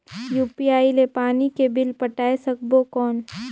UPI ले पानी के बिल पटाय सकबो कौन?